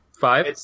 Five